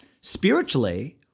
spiritually